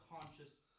conscious